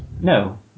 No